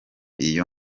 iyo